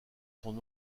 son